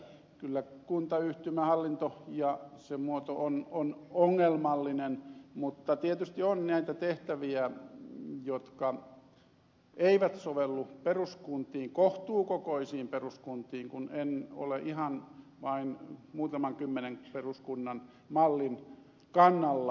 rönnikin että kyllä kuntayhtymähallinto ja muoto on ongelmallinen mutta tietysti on näitä tehtäviä jotka eivät sovellu kohtuukokoisiin peruskuntiin kun en ole ihan vain muutaman kymmenen peruskunnan mallin kannalla